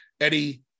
Eddie